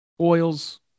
oils